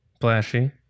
Flashy